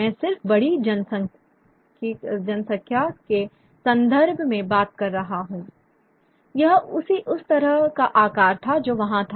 मैं सिर्फ बड़ी जनसांख्यिकी के संदर्भ में बात कर रहा हूं यह उस तरह का आकार था जो वहां था